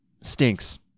stinks